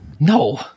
No